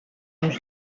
موش